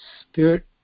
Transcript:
spirit